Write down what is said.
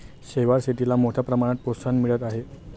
शेवाळ शेतीला मोठ्या प्रमाणात प्रोत्साहन मिळत आहे